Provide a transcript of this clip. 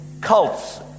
cults